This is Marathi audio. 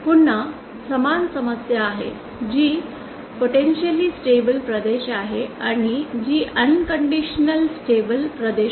पुन्हा समान समस्या आहे जी पोटेंशिअलि अनन्स्टेबल प्रदेश आहे आणि जी अनकंडिशनल स्टेबल प्रदेश आहे